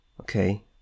Okay